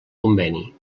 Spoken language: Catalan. conveni